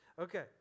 Okay